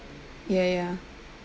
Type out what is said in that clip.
ya ya